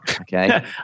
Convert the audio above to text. okay